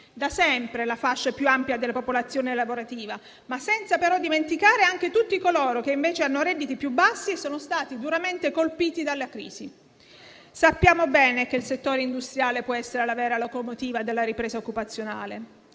da sempre la fascia più ampia della popolazione lavorativa, senza però dimenticare anche tutti coloro che invece hanno redditi più bassi e sono stati duramente colpiti dalla crisi. Sappiamo bene che il settore industriale può essere la vera locomotiva della ripresa occupazionale,